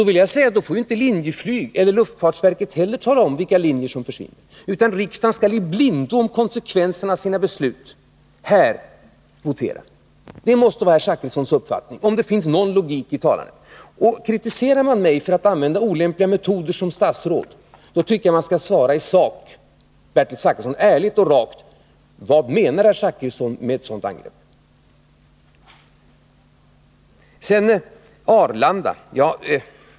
I så fall får ju inte Linjeflyg eller luftfartsverket heller tala om vilka linjer som försvinner, utan riksdagen skall votera och handla i blindo när det gäller konsekvenserna av riksdagens beslut. Det måste vara herr Zachrissons uppfattning, om det finns någon logik i vad han säger. Kritiserar man mig för att som statsråd använda olämpliga metoder, så tycker jag man skall svara i sak, Bertil Zachrisson, ärligt och rakt. Vad menar herr Zachrisson med ett sådant här angrepp? Så Arlanda!